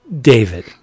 david